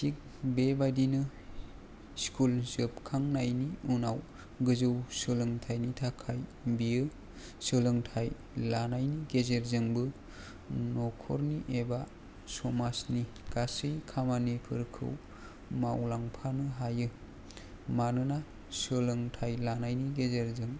थिक बेबायदिनो स्कुल जोबखांनायनि उनाव गोजौ सोलोंथायनि थाखाय बियो सोलोंथाय लानायनि गेजेरजोंबो न'खरनि एबा समाजनि गासै खामानिफोरखौ मावलांफानो हायो मानोना सोलोंथाय लानायनि गेजेरजों